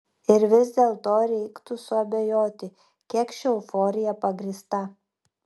ir vis dėlto reiktų suabejoti kiek ši euforija pagrįsta